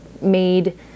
made